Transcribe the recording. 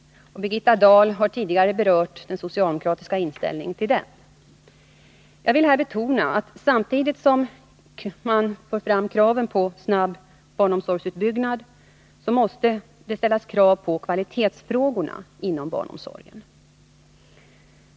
Birgitta Dahl har tidigare berört den socialdemokratiska inställningen till den. Jag vill betona att samtidigt som kraven på snabb barnomsorgsutbyggnad ställs måste också kvalitetsfrågorna inom barnomsorgen uppmärksammas.